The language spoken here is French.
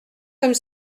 comme